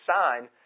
sign